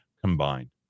combined